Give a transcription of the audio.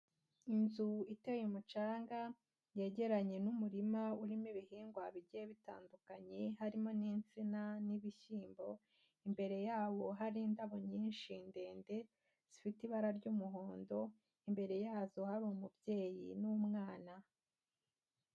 Inzu iteye umucanga yegeranye n'umurima urimo ibihingwa bigiye bitandukanye, harimo n'insina, n'ibishyimbo, imbere yawo hari indabo nyinshi ndende zifite ibara ry'umuhondo, imbere yazo hari umubyeyi n'umwana.